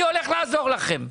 אני הולך לעזור לכם.